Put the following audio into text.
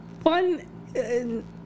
fun